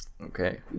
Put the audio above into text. Okay